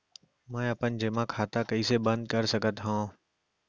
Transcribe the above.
मै अपन जेमा खाता कइसे बन्द कर सकत हओं?